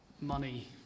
money